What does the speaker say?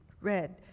red